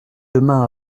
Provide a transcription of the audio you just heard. demain